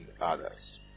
others